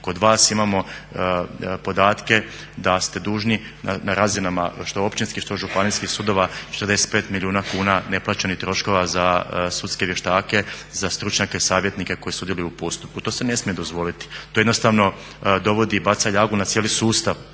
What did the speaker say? kod vas imamo podatke da ste dužni na razinama što općinskih, što županijskih sudova 65 milijuna kuna neplaćenih troškova za sudske vještake, za stručnjake savjetnike koji sudjeluju u postupku. To se ne smije dozvoliti, to jednostavno dovodi i baca ljagu na cijeli sustav.